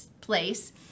place